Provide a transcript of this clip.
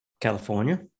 California